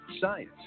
science